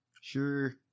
Sure